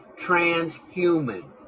transhuman